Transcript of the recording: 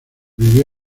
vivió